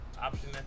option